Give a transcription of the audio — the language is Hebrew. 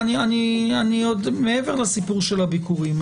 מעבר לסיפור של הביקורים,